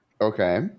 Okay